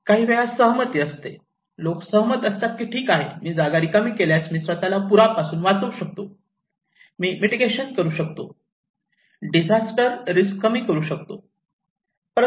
काहीवेळा सहमती असते लोक सहमत असता की ठीक आहे मी जागा रिकामी केल्यास मी स्वत ला पूरपासून वाचवू शकतो मी मीटिगेशन करू शकतो डिजास्टर रिस्क कमी करू शकतो